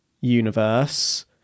universe